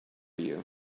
you